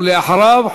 ואחריו,